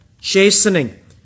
chastening